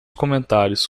comentários